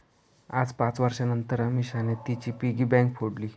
आज पाच वर्षांनतर अमीषाने तिची पिगी बँक फोडली